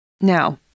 Now